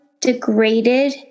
degraded